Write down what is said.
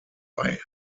bei